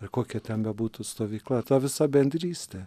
ir kokia ten bebūtų stovykla ta visa bendrystė